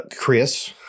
Chris